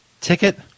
Ticket